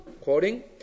quoting